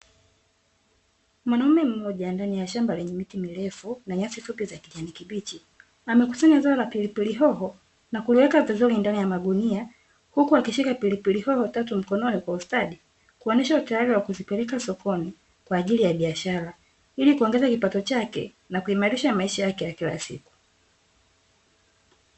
Mwanaume mmoja ndani ya shamba lenye miti mirefu na nyasi fupi la kijani kibichi, amekusanya zao la pilipili hoho na kuliweka vizuri ndani ya magunia huku akishika pilipili hoho tatu mkononi kwa ustadi kuonesha utayari wa kuzipeleka sokoni kwa ajili ya biashara, ili kuongeza kipato chake na kuimarisha maisha yake ya kila siku.